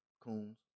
coons